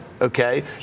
okay